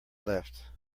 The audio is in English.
left